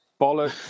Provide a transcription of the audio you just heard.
bollocks